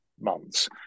months